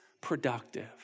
productive